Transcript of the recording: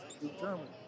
determined